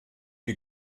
die